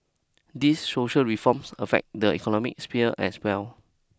these social reforms affect the economic sphere as well